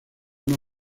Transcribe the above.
uno